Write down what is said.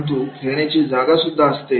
परंतु खेळण्याची जागासुद्धा असते